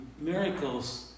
miracles